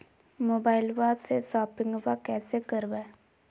मोबाइलबा से शोपिंग्बा कैसे करबै?